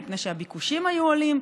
מפני שהביקושים היו עולים,